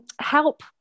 help